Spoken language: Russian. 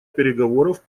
переговоров